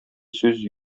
сүз